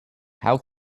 how